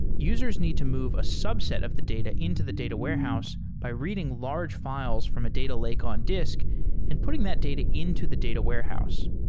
users need to move a subset of the data into the data warehouse by reading large fi les from a data lake on disk and putting that data into the data warehouse.